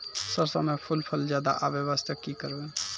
सरसों म फूल फल ज्यादा आबै बास्ते कि करबै?